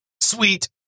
Sweet